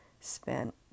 spent